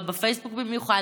אבל בפייסבוק במיוחד,